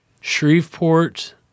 Shreveport